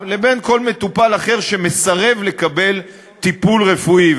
לבין כל מטופל אחר שמסרב לקבל טיפול רפואי.